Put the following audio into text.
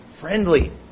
friendly